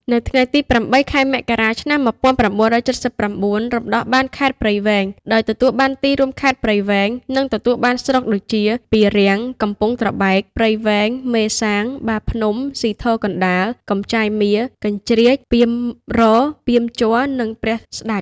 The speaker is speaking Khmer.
នៅថ្ងៃទី ០៨ ខែមករា ឆ្នាំ ១៩៧៩ រំដោះបានខេត្តព្រៃវែង ដោយទទួលបានទីរួមខេត្ត ព្រៃវែង និងទទួលបានស្រុកដូចជា ពារាំង កំពង់ត្របែក ព្រៃវែង មេសាង បាភ្នំ ស៊ីធរកណ្តាល កំចាយមារ កញ្ជ្រៀច ពាមរ ពាមជ័រ និងព្រះស្តេច។